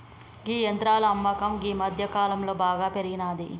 గీ యంత్రాల అమ్మకం గీ మధ్యకాలంలో బాగా పెరిగినాది